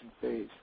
phase